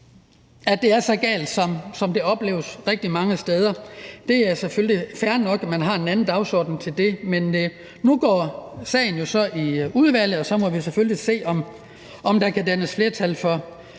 at det er så galt, som det opleves rigtig mange steder. Det er selvfølgelig fair nok, at man har en anden dagsorden til det, men nu går sagen så i udvalget, og så må vi selvfølgelig se, om der kan skabes flertal for